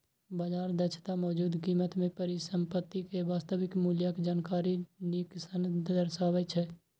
बाजार दक्षता मौजूदा कीमत मे परिसंपत्ति के वास्तविक मूल्यक जानकारी नीक सं दर्शाबै छै